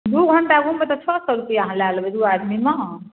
दुइ घण्टा घुमबै तऽ छओ सओ रुपैआ अहाँ लै लेबै दुइ आदमीमे